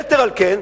יתר על כן,